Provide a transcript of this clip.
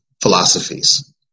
philosophies